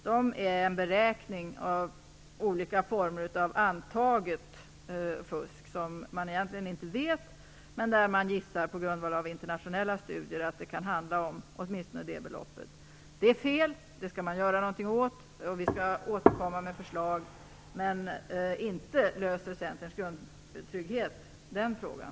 De är en beräkning av olika former av antaget fusk som man egentligen inte känner till men där man på grundval av internationella studier gissat att det kan handla om det beloppet. Det är fel. Det skall man göra någonting åt. Vi skall återkomma med förslag, men inte löser Centerns grundtrygghetssystem den frågan.